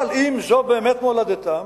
אבל אם זו באמת מולדתם,